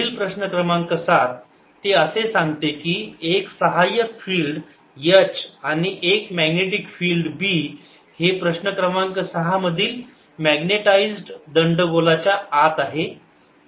पुढील प्रश्न क्रमांक सात ते असे सांगते की तेथे एक सहाय्यक फिल्ड H आणि एक मॅग्नेटिक फिल्ड B हे प्रश्न क्रमांक सहा मधील मॅग्नेटाइज्ड दंडगोलाच्या आत आहे